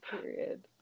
Period